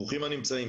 ברוכים הנמצאים.